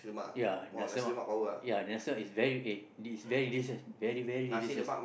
ya nasi-lemak ya nasi-lemak is very eh is very delicious very very delicious